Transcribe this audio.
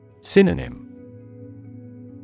Synonym